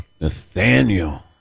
Nathaniel